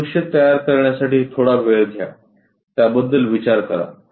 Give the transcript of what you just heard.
ही दृश्ये तयार करण्यासाठी थोडा वेळ घ्या त्याबद्दल विचार करा